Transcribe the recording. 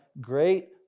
great